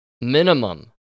minimum